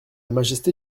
majesté